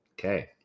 Okay